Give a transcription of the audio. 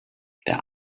der